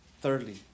Thirdly